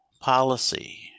policy